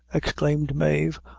exclaimed mave,